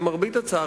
למרבה הצער,